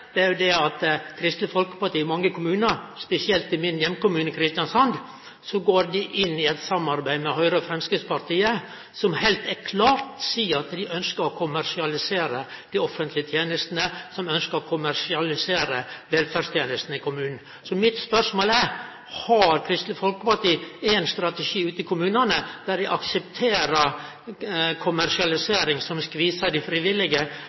er at Kristeleg Folkeparti i mange kommunar, spesielt i min heimkommune, Kristiansand, går inn i eit samarbeid med Høgre og Framstegspartiet, som heilt klart seier at dei ønskjer å kommersialisere dei offentlege tenestene, og som ønskjer å kommersialisere velferdstenestene i kommunen. Mitt spørsmål er: Har Kristeleg Folkeparti ein strategi ute i kommunane der dei aksepterer kommersialisering som skvisar dei frivillige